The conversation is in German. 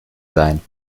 sein